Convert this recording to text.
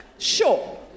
Sure